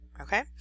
okay